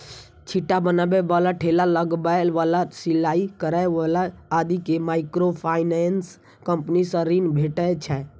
छिट्टा बनबै बला, ठेला लगबै बला, सिलाइ करै बला आदि कें माइक्रोफाइनेंस कंपनी सं ऋण भेटै छै